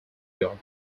york